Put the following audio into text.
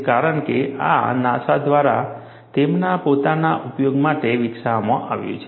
કારણ કે આ નાસા દ્વારા તેમના પોતાના ઉપયોગ માટે વિકસાવવામાં આવ્યું છે